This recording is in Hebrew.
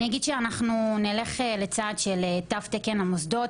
אנחנו נלך לצעד של תו תקן למוסדות.